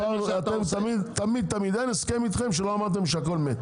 אתם תמיד תמיד, אין הסכם איתכם שלא אמרתם שהכל מת.